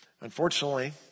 Unfortunately